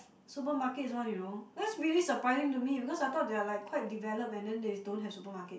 supermarkets one you know that's really surprising to me because I thought they are like quite developed and then they don't have supermarket